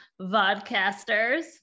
vodcasters